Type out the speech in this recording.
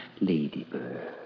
ladybird